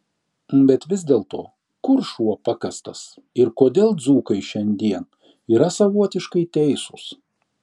bet vis dėlto kur šuo pakastas ir kodėl dzūkai šiandien yra savotiškai teisūs